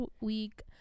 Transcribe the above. week